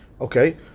Okay